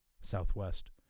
Southwest